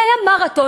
זה היה מרתון.